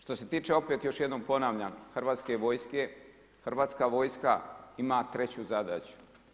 Što se tiče opet, još jednom ponavljam hrvatske vojske, hrvatska vojska ima treću zadaća.